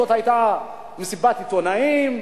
זאת היתה מסיבת עיתונאים,